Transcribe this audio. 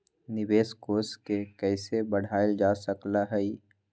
निवेश कोष के कइसे बढ़ाएल जा सकलई ह?